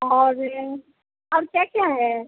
और और क्या क्या है